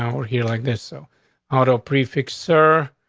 um we're here like this. so auto prefix, sir,